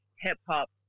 hip-hop